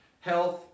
Health